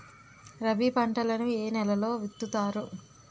రబీ పంటలను ఏ నెలలో విత్తుతారు?